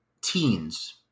teens